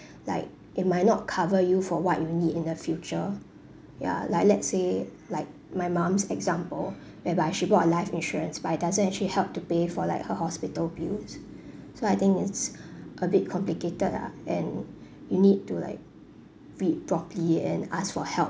like it might not cover you for what you need in the future ya like let's say like my mum's example whereby she bought a life insurance but it doesn't actually help to pay for like her hospital bills so I think it's a bit complicated ah and you need to like read properly and ask for help